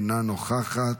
אינה נוכחת,